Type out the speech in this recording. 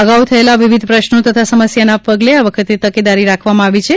અગાઉ થયેલા વિવિધ પ્રશ્નો તથા સમસ્યાના પગલે આ વખતે તકેદારી રાખવામાં આવી છે